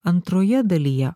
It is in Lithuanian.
antroje dalyje